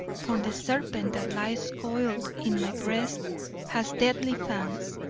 for the serpent that lies coiled in my breast has deadly fangs,